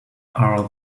are